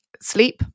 sleep